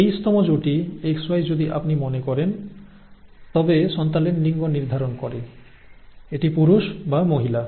23 তম জুটি XY যদি আপনি মনে করেন তবে সন্তানের লিঙ্গ নির্ধারণ করে এটি পুরুষ বা মহিলা